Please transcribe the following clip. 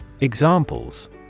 Examples